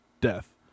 death